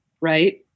right